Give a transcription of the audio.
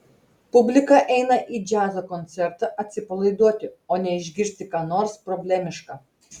publika eina į džiazo koncertą atsipalaiduoti o ne išgirsti ką nors problemiška